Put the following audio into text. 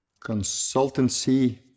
consultancy